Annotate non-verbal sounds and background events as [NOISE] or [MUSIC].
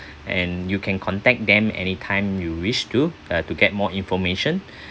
[BREATH] and you can contact them anytime you wish to uh to get more information [BREATH]